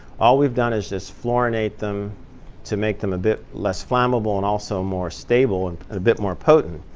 all we've done is just florinate them to make them a bit less flammable, and also more stable, and a bit more potent.